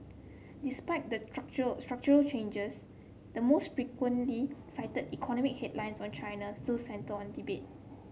despite the structural structural changes the most frequently fight economic headlines on China still centre on debt